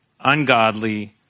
ungodly